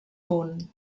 punt